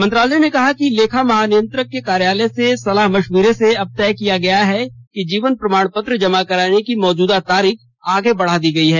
मंत्रालय ने कहा कि लेखा महानियंत्रक के कार्यालय से सलाह मशविरे से अब तय किया गया है कि जीवन प्रमाणपत्र जमा करने की मौजूदा तारीख आगे बढ़ा दी गई है